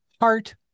heart